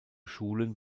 schulen